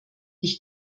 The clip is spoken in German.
ich